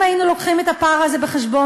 אם היינו לוקחים את הפער הזה בחשבון